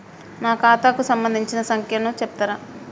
నా ఖాతా కు సంబంధించిన సంఖ్య ను చెప్తరా?